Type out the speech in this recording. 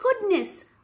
goodness